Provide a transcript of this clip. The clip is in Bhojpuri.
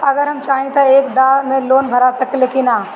अगर हम चाहि त एक दा मे लोन भरा सकले की ना?